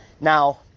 Now